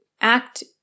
act